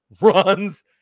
runs